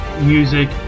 music